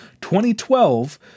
2012